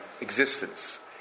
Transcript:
existence